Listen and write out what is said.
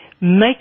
make